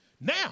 Now